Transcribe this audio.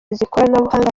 z’ikoranabuhanga